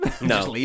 no